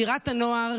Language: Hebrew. "שירת הנוער,